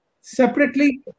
separately